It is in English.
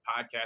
podcast